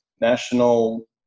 National